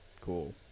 Cool